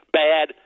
bad